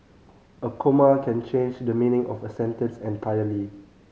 a comma can change the meaning of a sentence entirely